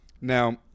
now